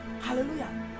Hallelujah